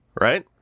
right